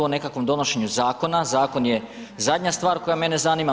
nekakvom donošenju zakona, zakon je zadnja stvar koja mene zanima.